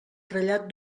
trellat